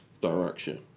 direction